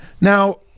Now